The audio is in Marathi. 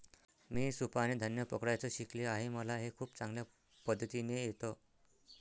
मी सुपाने धान्य पकडायचं शिकले आहे मला हे खूप चांगल्या पद्धतीने येत